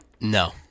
No